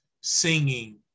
singing